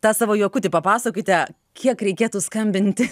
tą savo juokutį papasakokite kiek reikėtų skambinti